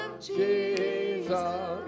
Jesus